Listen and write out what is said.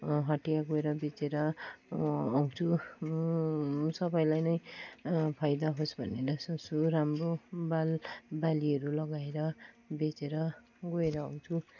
हटिया गएर बेचेर आउँछु सबैलाई नै फाइदा होस् भनेर सोच्छु राम्रो बाल बालीहरू लगाएर बेचेर गएर आउँछु